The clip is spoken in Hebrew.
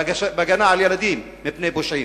בהגנה על ילדים מפני פושעים.